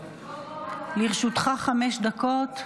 לרשותך חמש דקות.